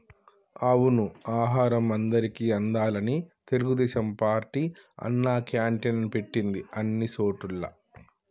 అవును ఆహారం అందరికి అందాలని తెలుగుదేశం పార్టీ అన్నా క్యాంటీన్లు పెట్టింది అన్ని సోటుల్లా